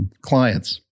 clients